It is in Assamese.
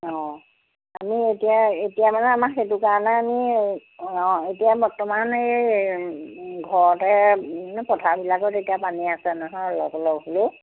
অ আমি এতিয়া এতিয়া মানে আমাৰ সেইটো কাৰণে আমি অঁ এতিয়া বৰ্তমান এই ঘৰতে মানে পথাৰবিলাকত এতিয়া পানী আছে নহয় অলপ অলপ হ'লেও